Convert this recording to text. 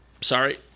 Sorry